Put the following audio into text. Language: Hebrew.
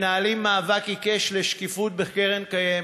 מנהלים מאבק עיקש לשקיפות בקרן קיימת,